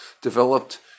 developed